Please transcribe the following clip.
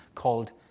Called